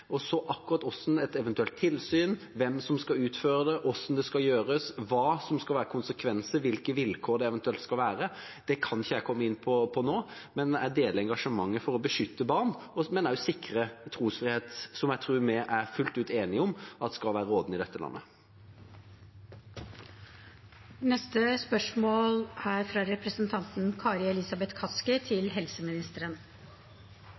skal gjøres, hva som skal være konsekvenser, hvilke vilkår det eventuelt skal være, kan ikke jeg komme inn på nå, men jeg deler engasjementet for å beskytte barn. Men jeg er også opptatt av å sikre trosfrihet, som jeg tror vi er fullt ut enige om skal være rådende i dette landet. Dette spørsmålet er